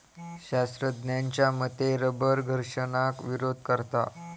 शास्त्रज्ञांच्या मते रबर घर्षणाक विरोध करता